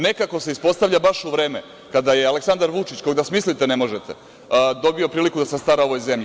Nekako se ispostavlja baš u vreme kada je Aleksandar Vučić, koga smisliti ne možete, dobio priliku da se stara o ovoj zemlji.